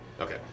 Okay